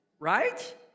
right